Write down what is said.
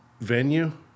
venue